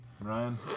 Ryan